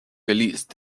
geleast